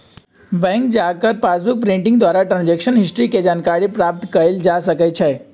bank जा कऽ passbook printing द्वारा ट्रांजैक्शन हिस्ट्री के जानकारी प्राप्त कएल जा सकइ छै